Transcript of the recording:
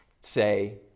say